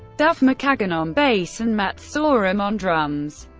duff mckagan on bass, and matt sorum on drums.